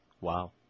Wow